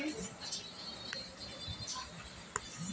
चीड़ भी मुलायम किसिम के लकड़ी कअ एगो उदाहरण बाटे